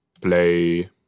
play